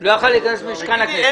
אם הוא לא יכול היה להיכנס למשכן הכנסת,